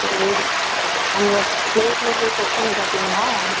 சரி அங்கே ப்ளேஸில் போய் செக் பண்ணி பார்த்தீங்களா